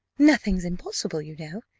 nothing's impossible, you know.